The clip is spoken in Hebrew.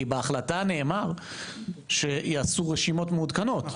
כי בהחלטה נאמר שיעשו רשימות מעודכנות,